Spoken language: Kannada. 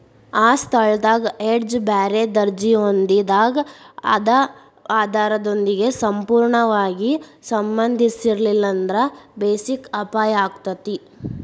ಆ ಸ್ಥಳದಾಗ್ ಹೆಡ್ಜ್ ಬ್ಯಾರೆ ದರ್ಜಿ ಹೊಂದಿದಾಗ್ ಅದ ಆಧಾರದೊಂದಿಗೆ ಸಂಪೂರ್ಣವಾಗಿ ಸಂಬಂಧಿಸಿರ್ಲಿಲ್ಲಾಂದ್ರ ಬೆಸಿಕ್ ಅಪಾಯಾಕ್ಕತಿ